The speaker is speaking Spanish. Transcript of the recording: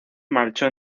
marchó